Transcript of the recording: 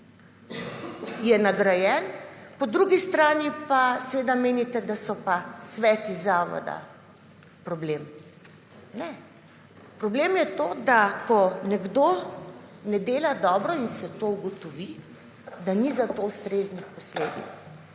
je nagrajen. Po drugi strani pa menite, da so pa sveti zavoda problem. Ne, problem je to, da ko nekdo ne dela dobro in se to ugotovi, da ni za to ustreznih posledic.